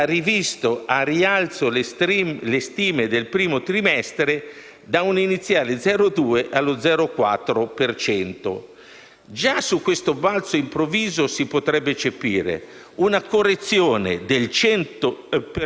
Già su questo balzo improvviso si potrebbe eccepire: una correzione del 100 per cento non è un fatto usuale, non è normale, c'è qualcosa che non va: non si può sbagliare del 100